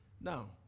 Now